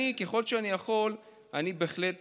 אני, ככל שאני יכול, אני בהחלט